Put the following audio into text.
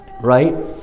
Right